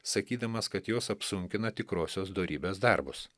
sakydamas kad jos apsunkina tikrosios dorybės darbus